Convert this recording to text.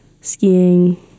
skiing